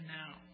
now